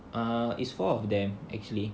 err is four of them actually